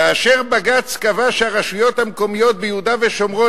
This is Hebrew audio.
כאשר בג"ץ קבע שהרשויות המקומיות ביהודה ושומרון,